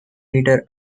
meter